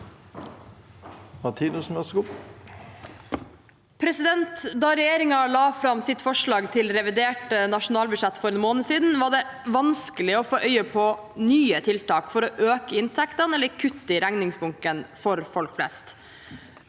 Da regjer- ingen la fram sitt forslag til revidert nasjonalbudsjett for en måned siden, var det vanskelig å få øye på nye tiltak for å øke inntektene eller kutte i regningsbunken til folk flest.